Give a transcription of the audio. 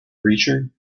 preacher